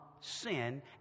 sin